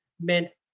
meant